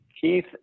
Keith